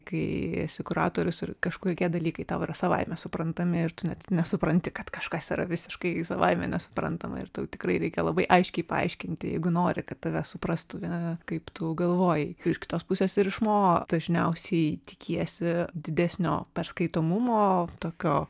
kai esi kuratorius ir kažkokie dalykai tau yra savaime suprantami ir tu net nesupranti kad kažkas yra visiškai savaime nesuprantama ir tau tikrai reikia labai aiškiai paaiškinti jeigu nori kad tave suprastų kaip tu galvoji iš kitos pusės ir iš mo dažniausiai tikiesi didesnio skaitomumo tokio